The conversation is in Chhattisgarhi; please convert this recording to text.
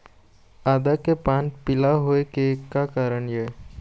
आदा के पान पिला होय के का कारण ये?